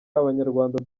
abanyarwanda